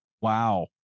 Wow